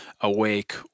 awake